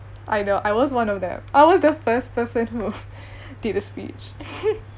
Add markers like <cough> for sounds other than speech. I know I was one of them I was the first person who did the speech <laughs>